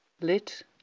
lit